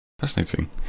Fascinating